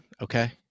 Okay